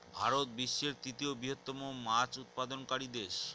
ভারত বিশ্বের তৃতীয় বৃহত্তম মাছ উৎপাদনকারী দেশ